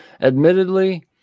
Admittedly